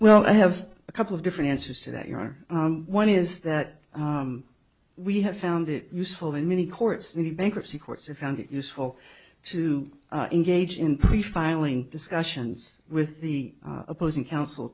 well i have a couple of different answers to that your honor one is that we have found it useful in many courts many bankruptcy courts have found it useful to engage in pre filing discussions with the opposing counsel